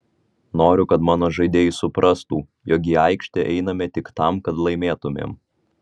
noriu kad mano žaidėjai suprastų jog į aikštę einame tik tam kad laimėtumėm